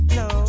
no